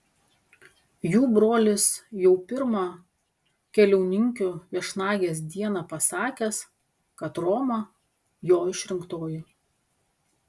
jų brolis jau pirmą keliauninkių viešnagės dieną pasakęs kad roma jo išrinktoji